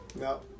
No